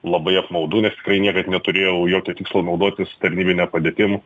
labai apmaudu nes tikrai niekad neturėjau jokio tikslo naudotis tarnybine padėtim